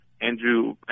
Andrew